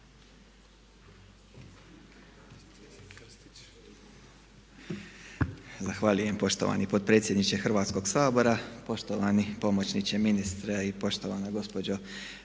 Zahvaljujem poštovani potpredsjedniče Hrvatskoga sabora, poštovani pomoćniče ministra i poštovana gospođo